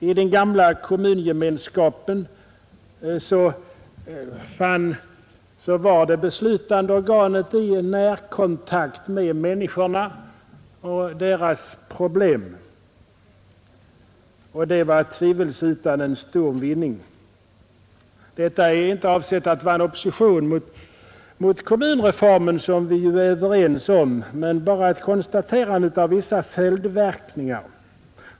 I den gamla kom mungemenskapen var det beslutande organet i närkontakt med människorna och deras problem, och det var tvivelsutan en stor vinning. Detta är inte avsett att vara en opposition mot kommunreformen, som vi är överens om, utan bara ett konstaterande av vissa följdverkningar.